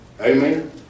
Amen